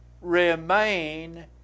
remain